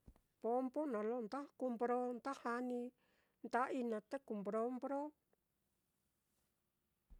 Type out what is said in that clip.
Bombo naá lo nda kuu mbron nda janii nda-ai naá, te kuu mbron, mbron.